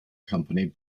company